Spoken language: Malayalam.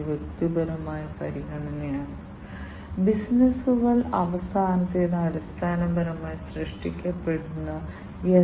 സെൻസറുകളിലേക്കുള്ള എളുപ്പത്തിലുള്ള കണക്റ്റിവിറ്റിക്കായി ഉയർന്ന തലത്തിലുള്ള API കൾ നൽകുന്ന അടിസ്ഥാനപരമായി മറ്റൊരു ഘടകമുണ്ട്